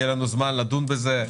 יהיה לנו זמן לדון בזה,